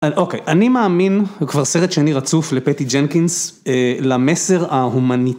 אוקיי, אני מאמין, כבר סרט שני רצוף לפטי ג'נקינס, למסר ההומנית.